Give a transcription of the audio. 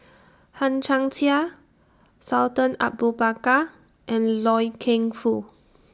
Hang Chang Chieh Sultan Abu Bakar and Loy Keng Foo